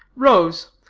rose,